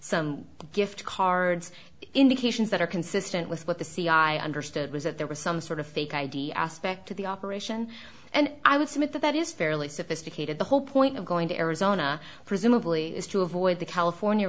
some gift cards indications that are consistent with what the cia understood was that there was some sort of fake id aspect to the operation and i would submit that that is fairly sophisticated the whole point of going to arizona presumably is to avoid the california